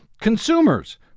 consumers